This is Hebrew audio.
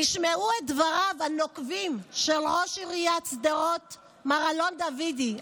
תשמעו את דבריו הנוקבים של ראש עיריית שדרות מר אלון דוידי,